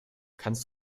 kannst